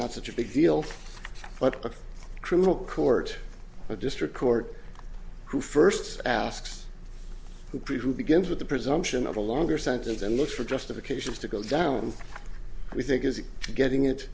not such a big deal but a criminal court a district court who first asks who presumed begins with the presumption of a longer sentence and looks for justifications to go down we think is getting it